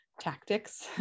tactics